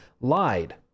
lied